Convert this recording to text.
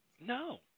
No